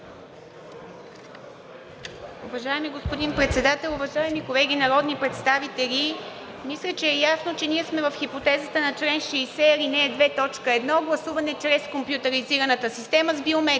Уважаеми господин Председател, уважаеми колеги народни представители! Мисля, че е ясно, че ние сме в хипотезата на чл. 60, ал. 2, т. 1 – Гласуване чрез компютризираната система с биометрия.